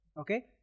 okay